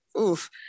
oof